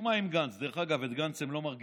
סיכמה עם גנץ, דרך אגב, את גנץ הם לא מרגיזים.